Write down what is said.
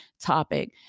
topic